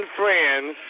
friends